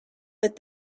but